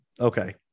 Okay